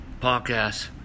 Podcast